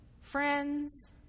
friends